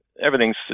everything's